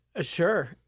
Sure